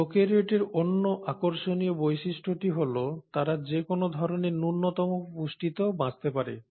প্র্যাকারিওটের অন্য আকর্ষণীয় বৈশিষ্ট্যটি হল তারা যে কোন ধরনের ন্যূনতম পুষ্টিতেও বাঁচতে পারে